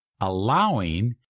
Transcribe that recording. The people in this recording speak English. Allowing